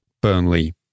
Burnley